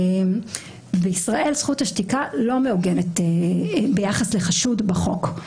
בישראל זכות השתיקה לא מעוגנת ביחס לחשוד בחוק.